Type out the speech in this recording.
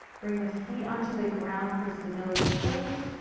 bring the feet onto the ground for stability first.